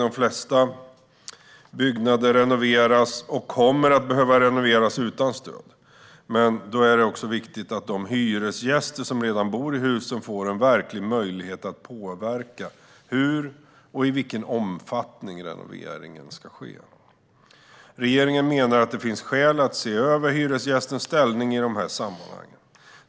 De flesta byggnader renoveras, och kommer att behöva renoveras, utan stöd. Men då är det också viktigt att de hyresgäster som redan bor i husen får en verklig möjlighet att påverka hur och i vilken omfattning renoveringen ska ske. Regeringen menar att det finns skäl att se över hyresgästens ställning i de här sammanhangen.